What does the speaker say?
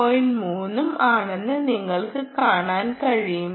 3 ഉം ആണെന്ന് നിങ്ങൾക്ക് കാണാൻ കഴിയും